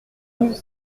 nous